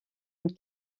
une